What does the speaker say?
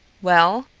well?